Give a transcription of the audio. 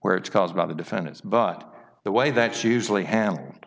where it's caused by the defendants but the way that she usually hand